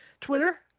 Twitter